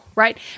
right